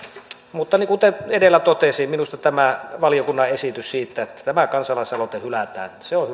mutta kuten edellä totesin minusta tämä valiokunnan esitys siitä että tämä kansalais aloite hylätään on